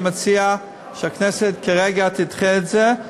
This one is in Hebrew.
אני מציע שהכנסת כרגע תדחה את זה.